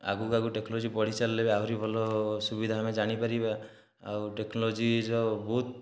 ଆଗକୁ ଆଗକୁ ଟେକ୍ନୋଲୋଜି ବଢ଼ି ଚାଲିଲେ ବି ଆହୁରି ଭଲ ସୁବିଧା ଆମେ ଜାଣିପାରିବା ଆଉ ଟେକ୍ନୋଲୋଜିର ବହୁତ